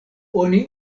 oni